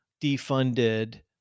defunded